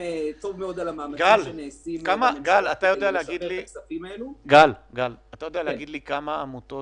אני נמצא בקשר עם לא מעט עמותות